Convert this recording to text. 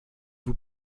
vous